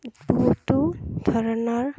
বহুতো ধৰণৰ